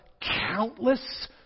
countless